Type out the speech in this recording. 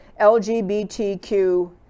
LGBTQ